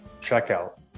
checkout